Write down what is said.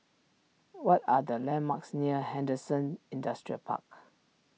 what are the landmarks near Henderson Industrial Park